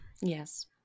Yes